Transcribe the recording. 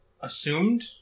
assumed